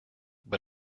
but